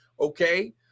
okay